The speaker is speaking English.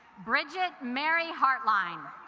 bridget mary heartline